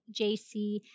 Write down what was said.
JC